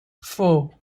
four